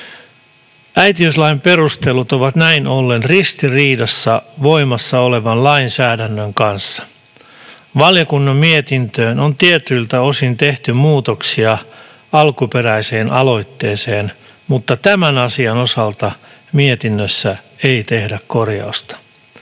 Äitiyslain perustelut ovat näin ollen ristiriidassa voimassa olevan lainsäädännön kanssa. Valiokunnan mietintöön on tietyiltä osin tehty muutoksia alkuperäiseen aloitteeseen, mutta tämän asian osalta mietinnössä ei tehdä korjausta.